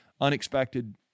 unexpected